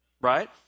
right